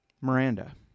Miranda